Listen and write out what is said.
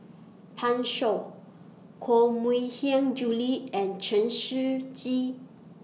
Pan Shou Koh Mui Hiang Julie and Chen Shiji